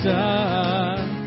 done